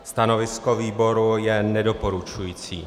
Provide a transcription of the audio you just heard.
Stanovisko výboru je nedoporučující.